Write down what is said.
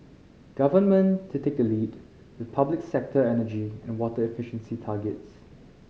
government to take the lead with public sector energy and water efficiency targets